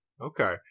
Okay